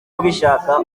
ubishaka